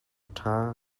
ṭha